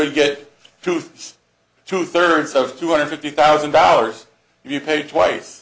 you get to two thirds of two hundred fifty thousand dollars you paid twice